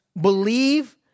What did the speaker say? believe